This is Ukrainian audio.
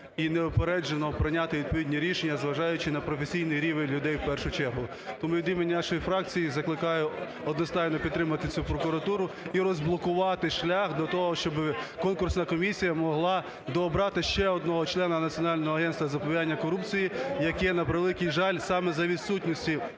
і неупереджено прийняти відповідні рішення, зважаючи на професійний рівень людей в першу чергу. Тому від імені нашої фракції закликаю одностайно підтримати цю прокуратуру і розблокувати шлях до того, щоб конкурсна комісія могла дообрати ще одного члена Національного агентства з запобігання корупції, яке, на превеликий жаль, саме за відсутності